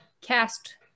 cast